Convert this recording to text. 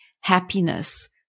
happiness